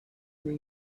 may